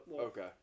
Okay